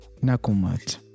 Nakumat